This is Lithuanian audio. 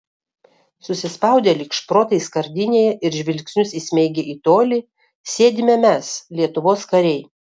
susispaudę lyg šprotai skardinėje ir žvilgsnius įsmeigę į tolį sėdime mes lietuvos kariai